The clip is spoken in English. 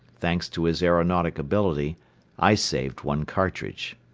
thanks to his aeronautic ability i saved one cartridge.